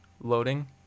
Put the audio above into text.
Loading